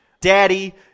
daddy